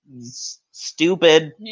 Stupid